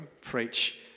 preach